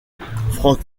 franck